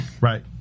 Right